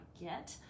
get